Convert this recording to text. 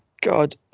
god